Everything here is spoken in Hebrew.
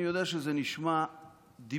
אני יודע שזה נשמע דמיוני,